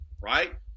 right